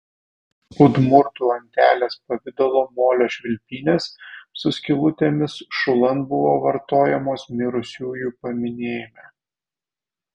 udmurtų antelės pavidalo molio švilpynės su skylutėmis šulan buvo vartojamos mirusiųjų paminėjime